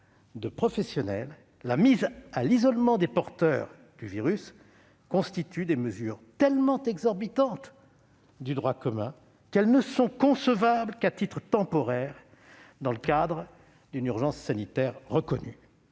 de professionnels, la mise à l'isolement des porteurs du virus constituent des mesures tellement exorbitantes du droit commun, en démocratie, que celles-ci ne sont concevables qu'à titre temporaire, dans le cadre d'une urgence sanitaire reconnue